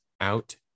out